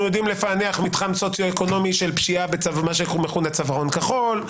אנחנו יודעים לפענח מתחם סוציואקונומי של פשיעה בצווארון כחול,